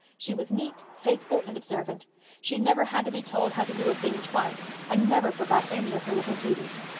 she was neat, faithful and observant she never had to be told how to do a thing twice and never forgot any of her little duties.